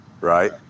right